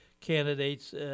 candidates